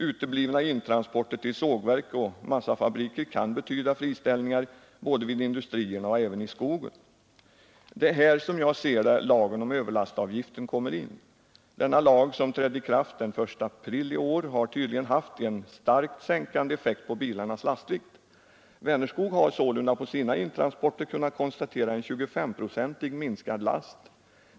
Uteblivna intransporter till sågverk och massafabriker kan betyda friställningar både vid industrierna och i skogen. Det är här lagen om överlastavgifter kommer in. Denna lag, som trädde i kraft den 1 april i år, har tydligen haft en starkt sänkande effekt på bilarnas lastvikt. Vänerskog har sålunda på sina intransporter kunnat konstatera 25 procents minskad last.